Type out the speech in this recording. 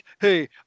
hey